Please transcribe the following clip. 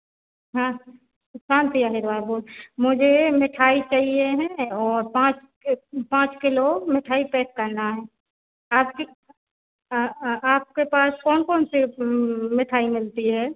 हाँ मुझे मिठाई चाहिए हैं और पाँच पाँच किलो मिठाई पैक करना है आपकी आपके पास कौन कौन सी मेठाई मिलती है